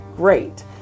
Great